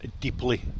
deeply